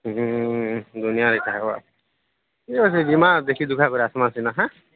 ଠିକ ଅଛି ଯିବା ଦେଖି ଦୁଖା କରି ଆସିବା ସିନା ହଁ